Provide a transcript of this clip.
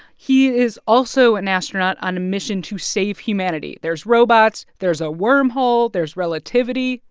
he is also an astronaut on a mission to save humanity. there's robots. there's a wormhole. there's relativity.